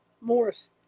Morris